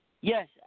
Yes